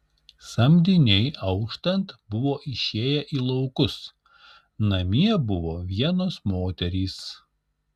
samdiniai auštant buvo išėję į laukus namie buvo vienos moterys